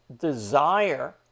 desire